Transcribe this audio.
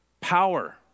Power